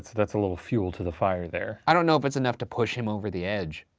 that's a little fuel to the fire there. i don't know if it's enough to push him over the edge.